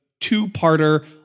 two-parter